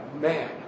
man